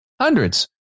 hundreds